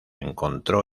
encontró